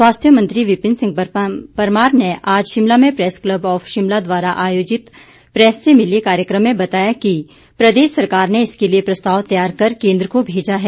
स्वास्थ्य मंत्री विपिन सिंह परमार ने आज शिमला में प्रैस क्लब ऑफ शिमला द्वारा आयोजित प्रैस से मिलिए कार्यक्रम में बताया कि प्रदेश सरकार ने इसके लिए प्रस्ताव तैयार कर केंद्र को भेजा है